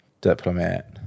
diplomat